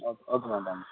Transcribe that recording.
okay okay madam